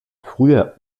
früher